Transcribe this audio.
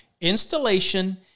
installation